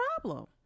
problem